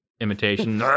imitation